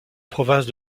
province